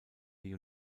die